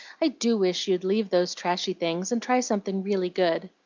i do wish you'd leave those trashy things and try something really good.